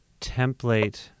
template